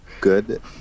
good